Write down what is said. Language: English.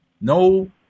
no